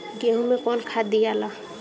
गेहूं मे कौन खाद दियाला?